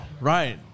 right